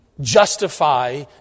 justify